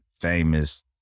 famous